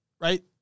right